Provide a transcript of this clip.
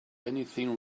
anything